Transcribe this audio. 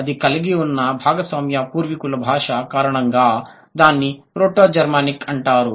అది కలిగి ఉన్న భాగస్వామ్య పూర్వీకుల భాష కారణంగా దాన్ని ప్రోటో జర్మనిక్ అంటారు